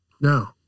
No